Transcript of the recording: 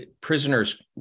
prisoners